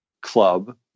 club